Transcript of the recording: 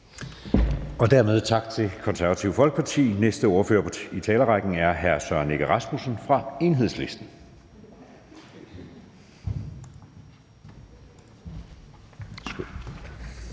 ordføreren for Det Konservative Folkeparti. Næste ordfører i talerrækken er hr. Søren Egge Rasmussen fra Enhedslisten.